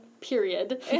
period